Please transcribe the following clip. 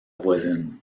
voisine